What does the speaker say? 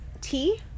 Tea